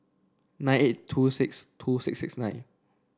nine eight two six two six six nine